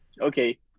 Okay